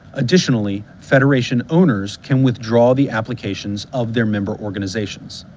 additionally, federation owners can withdraw the applications of their member organizations.